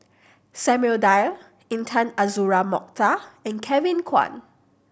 Samuel Dyer Intan Azura Mokhtar and Kevin Kwan